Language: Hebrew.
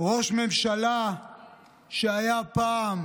מראש ממשלה שהיה פעם